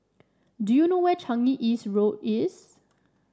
do you know where Changi East Road is